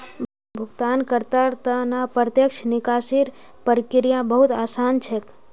भुगतानकर्तार त न प्रत्यक्ष निकासीर प्रक्रिया बहु त आसान छेक